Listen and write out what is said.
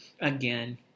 again